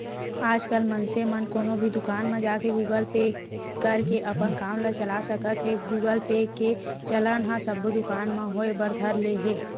आजकल मनसे मन कोनो भी दुकान म जाके गुगल पे करके अपन काम ल चला सकत हें गुगल पे के चलन ह सब्बो दुकान म होय बर धर ले हे